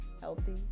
healthy